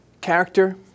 Character